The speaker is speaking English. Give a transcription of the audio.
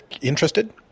interested